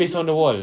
paste on the wall